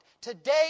Today